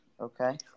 Okay